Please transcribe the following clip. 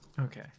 Okay